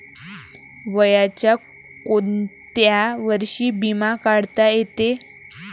वयाच्या कोंत्या वर्षी बिमा काढता येते?